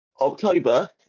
October